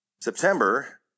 September